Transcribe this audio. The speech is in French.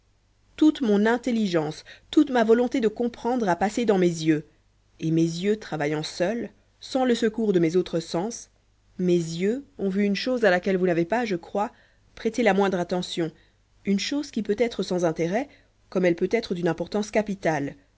toute mon intelligence toute ma volonté de comprendre a passé dans mes yeux et mes yeux travaillant seuls sans le secours de mes autres sens mes yeux ont vu une chose à laquelle vous n'avez pas je crois prêté la moindre attention une chose qui peut être sans intérêt comme elle peut être d'une importance capitale